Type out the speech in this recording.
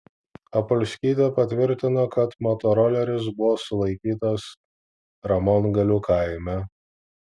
apolskytė patvirtino kad motoroleris buvo sulaikytas ramongalių kaime